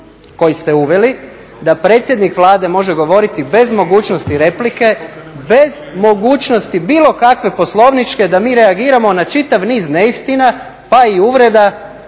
koji ste uveli da predsjednik Vlade može govoriti bez mogućnosti replike, bez mogućnosti bilo kakve poslovničke da mi reagiramo na čitav niz neistina pa i uvreda